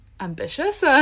ambitious